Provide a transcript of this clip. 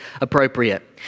appropriate